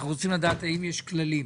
אנחנו רוצים לדעת האם יש כללים,